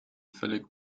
völlig